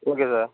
okay sir